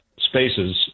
spaces